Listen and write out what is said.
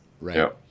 Right